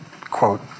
quote